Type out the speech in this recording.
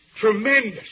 tremendous